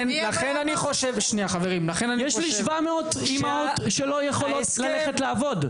יש לי 700 אימהות שלא יכולות ללכת לעבוד.